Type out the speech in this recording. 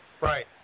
Right